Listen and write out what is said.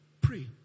pray